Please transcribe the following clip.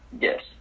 Yes